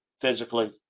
physically